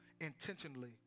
intentionally